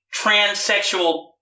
transsexual